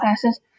classes